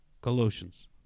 Colossians